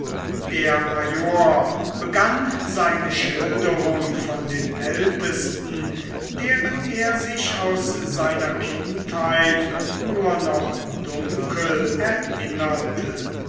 der major begann seine schilderung von den ältesten deren er sich aus seiner kindheit nur noch dunkel erinnerte